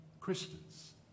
Christians